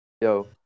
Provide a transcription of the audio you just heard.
Yo